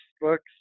books